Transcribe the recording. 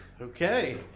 Okay